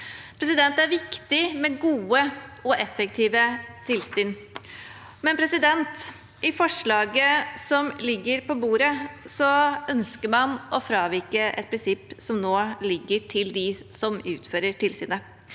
Det er viktig med gode og effektive tilsyn, men i forslaget som ligger på bordet, ønsker man å fravike et prinsipp som nå ligger til dem som utfører tilsynet.